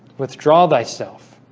withdraw thyself,